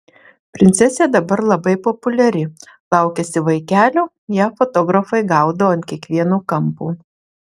princesė dabar labai populiari laukiasi vaikelio ją fotografai gaudo ant kiekvieno kampo